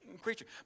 creature